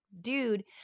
dude